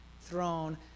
throne